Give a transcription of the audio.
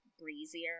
breezier